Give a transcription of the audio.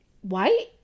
White